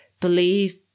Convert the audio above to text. believe